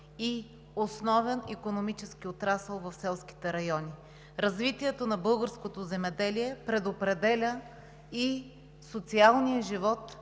е основен икономически отрасъл в селските райони. Развитието на българското земеделие предопределя и социалния живот